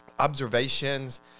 observations